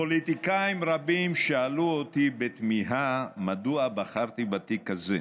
פוליטיקאים רבים שאלו אותי בתמיהה מדוע בחרתי בתיק הזה.